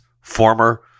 former